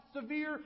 severe